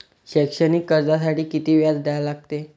शैक्षणिक कर्जासाठी किती व्याज द्या लागते?